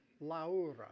laura